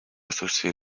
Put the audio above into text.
отсутствие